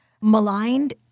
maligned